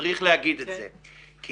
צריך להגיד את זה.